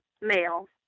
male